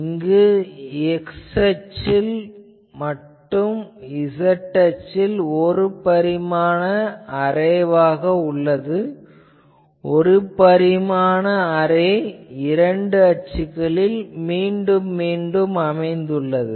இது x அச்சு மற்றும் z அச்சில் ஒரு பரிமாண அரேவாக உள்ளது ஒரு பரிமாண அரே இரண்டு அச்சுகளில் மீண்டும் மீண்டும் அமைந்துள்ளது